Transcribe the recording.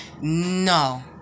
No